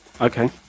Okay